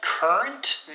Current